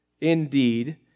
indeed